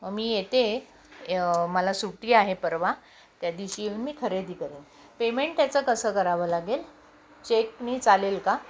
मी येते मला सुट्टी आहे परवा त्या दिवशी येऊन मी खरेदी करेन पेमेंट त्याचं कसं करावं लागेल चेक मी चालेल का